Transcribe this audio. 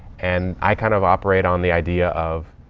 and i kind of operate on the idea of,